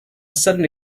sudden